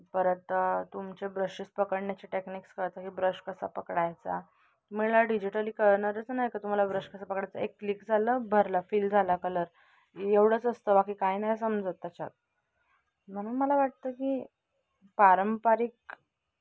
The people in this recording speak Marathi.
परत तुमचे ब्रशेस पकडण्याचे टेक्निक्स कळतं की ब्रश कसा पकडायचा तुम्हाला डिजिटली कळणारच नाही का तुम्हाला ब्रश कसा पकडायचा एक क्लिक झालं भरला फील झाला कलर एवढंच असतं बाकी काय नाही समजत त्याच्यात म्हणून मला वाटतं की पारंपरिक